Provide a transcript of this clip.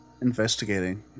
investigating